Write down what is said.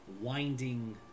winding